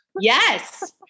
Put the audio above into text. Yes